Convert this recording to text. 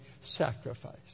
sacrifice